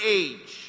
age